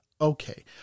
Okay